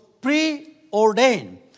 preordained